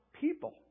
people